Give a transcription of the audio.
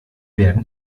werden